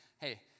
hey